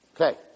Okay